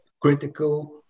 critical